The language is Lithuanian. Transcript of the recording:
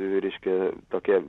reiškia tokia